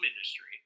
industry